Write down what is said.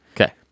Okay